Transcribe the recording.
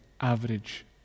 average